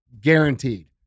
Guaranteed